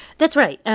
that's right. and